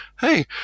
hey